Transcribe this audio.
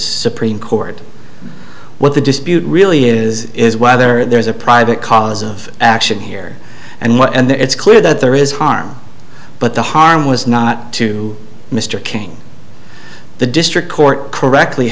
supreme court what the dispute really is is whether there is a private cause of action here and what and it's clear that there is harm but the harm was not to mr king the district court correctly